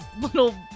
little